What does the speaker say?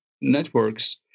networks